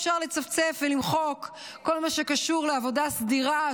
אפשר לצפצף ולמחוק כל מה שקשור לעבודה סדירה,